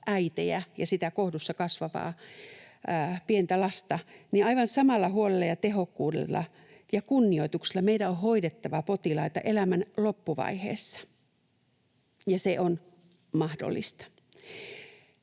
äitejä ja sitä kohdussa kasvavaa pientä lasta, niin aivan samalla huolella ja tehokkuudella ja kunnioituksella meidän on hoidettava potilaita elämän loppuvaiheessa, ja se on mahdollista.